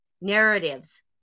narratives